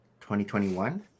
2021